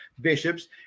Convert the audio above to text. bishops